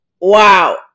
Wow